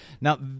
Now